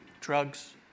drugs